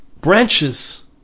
branches